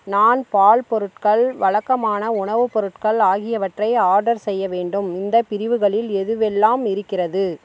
நான் பால் பொருட்கள் வழக்கமான உணவுப் பொருட்கள் ஆகியவற்றை ஆர்டர் செய்ய வேண்டும் இந்தப் பிரிவுகளில் எதுவெல்லாம் இருக்கிறது